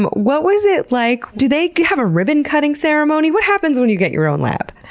but what was it like, do they have a ribbon-cutting ceremony, what happens when you get your own lab?